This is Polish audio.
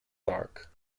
tak